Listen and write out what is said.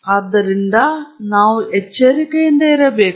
ಆದ್ದರಿಂದ ನಾವು ಎಚ್ಚರಿಕೆಯಿಂದ ಇರಬೇಕು